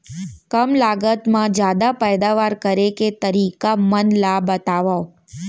कम लागत मा जादा पैदावार करे के तरीका मन ला बतावव?